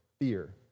fear